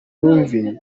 imyumvire